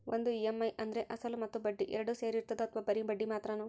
ಒಂದು ಇ.ಎಮ್.ಐ ಅಂದ್ರೆ ಅಸಲು ಮತ್ತೆ ಬಡ್ಡಿ ಎರಡು ಸೇರಿರ್ತದೋ ಅಥವಾ ಬರಿ ಬಡ್ಡಿ ಮಾತ್ರನೋ?